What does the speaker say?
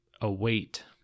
await